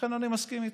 לכן אני מסכים איתך.